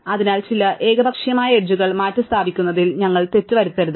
അതിനാൽ ചില ഏകപക്ഷീയമായ എഡ്ജുകൾ മാറ്റിസ്ഥാപിക്കുന്നതിൽ ഞങ്ങൾ തെറ്റ് വരുത്തരുത്